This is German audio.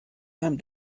beim